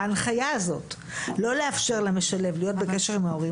ההנחיה הזאת לא לאפשר למשלב להיות בקשר עם ההורים